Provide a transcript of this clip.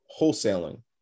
Wholesaling